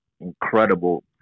incredible